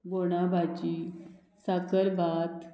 बोणा भाजी साकरभात